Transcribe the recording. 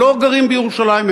הם לא גרים בירושלים,